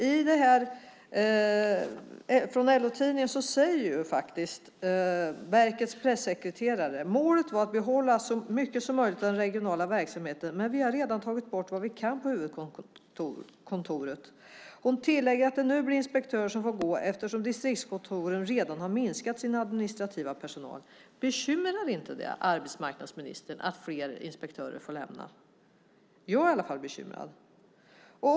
I LO-tidningen säger faktiskt verkets pressekreterare: Målet var att behålla så mycket som möjligt av den regionala verksamheten, men vi har redan tagit bort vad vi kan på huvudkontoret. Hon tillägger att det nu blir inspektörer som får gå eftersom distriktskontoren redan har minskat sin administrativa personal. Bekymrar det inte arbetsmarknadsministern att fler inspektörer får lämna? Jag är i alla fall bekymrad.